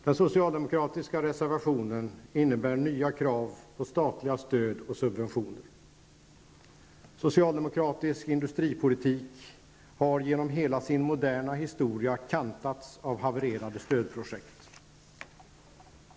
Den socialdemokratiska reservationen innebär nya krav på statliga stöd och subventioner. Socialdemokratisk industripolitik har genom hela sin moderna historia kantats av havererade stödprojekt.